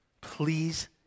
please